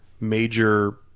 major